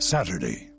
Saturday